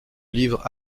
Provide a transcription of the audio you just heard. livre